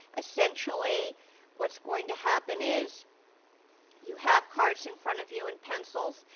essentially what's going to happen is you have cards in front of you, and pencils.